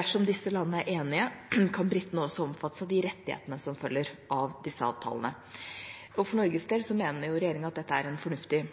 Dersom disse landene er enige, kan britene også omfattes av rettighetene som følger av disse avtalene. For Norges del mener regjeringa at dette er en fornuftig